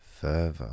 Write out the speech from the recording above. further